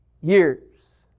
years